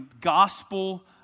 gospel